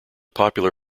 popular